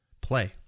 play